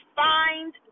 find